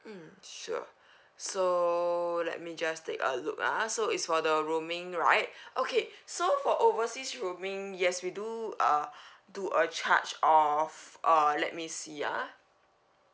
mm sure so let me just take a look ah so is for the roaming right okay so for overseas roaming yes we do uh do a charge of uh let me see ah